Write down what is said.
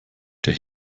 der